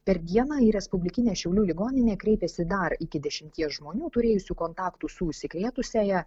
per dieną į respublikinę šiaulių ligoninę kreipėsi dar iki dešimties žmonių turėjusių kontaktų su užsikrėtusiąja